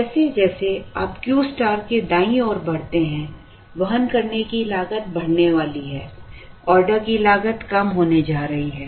जैसे जैसे आप Q स्टार के दाईं ओर बढ़ते हैं वहन करने की लागत बढ़ने वाली है ऑर्डर की लागत कम होने जा रही है